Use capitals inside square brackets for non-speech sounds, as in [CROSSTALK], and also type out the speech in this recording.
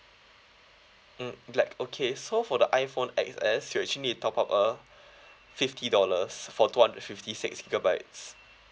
um black okay so for the iphone X_S you actually need to top up a [BREATH] fifty dollars for two hundred fifty six gigabytes